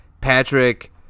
Patrick